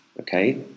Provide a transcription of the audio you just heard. Okay